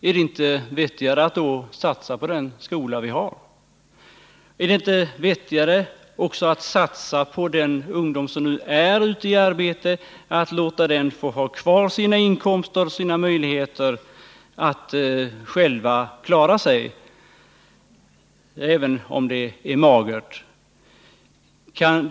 Är det inte vettigare att satsa på den skola vi har? Är det inte vettigare också att satsa på de ungdomar som nu är ute i arbete, att låta dem få ha kvar sina inkomster och sina möjligheter att klara sig, även om det är magert?